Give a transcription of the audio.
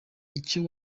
icyo